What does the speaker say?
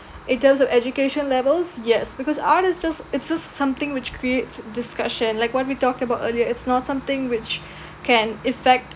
in terms of education levels yes because art is just it's just something which creates discussion like what we talked about earlier it's not something which can effect